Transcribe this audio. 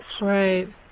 Right